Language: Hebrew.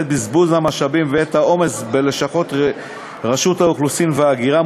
בזבוז משאבים ועומס בלשכות רשות האוכלוסין וההגירה,